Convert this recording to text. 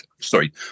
sorry